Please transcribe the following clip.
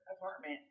apartment